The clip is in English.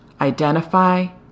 identify